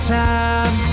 time